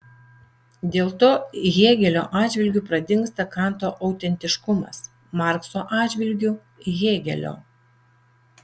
dėl to hėgelio atžvilgiu pradingsta kanto autentiškumas markso atžvilgiu hėgelio